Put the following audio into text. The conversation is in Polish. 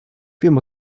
wiem